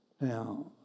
now